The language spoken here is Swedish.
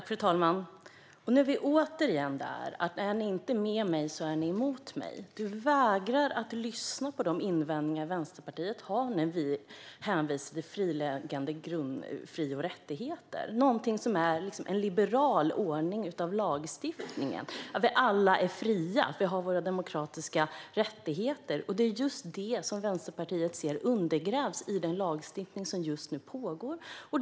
Fru talman! Nu är vi återigen i ett resonemang som går ut på att är ni inte med mig så är ni emot mig. Roger Haddad vägrar att lyssna på Vänsterpartiets invändningar när vi hänvisar till grundläggande fri och rättigheter. Men att vi alla är fria och har våra demokratiska rättigheter är ju en liberal ordning när det gäller lagstiftning, och det är just detta som Vänsterpartiet ser undergrävas i den lagstiftning som pågår.